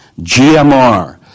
GMR